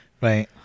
Right